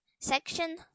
Section